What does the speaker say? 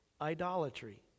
idolatry